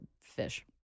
fish